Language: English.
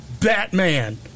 Batman